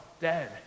dead